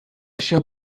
shall